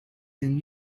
than